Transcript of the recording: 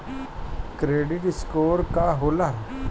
Credit score का होला?